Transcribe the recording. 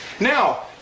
Now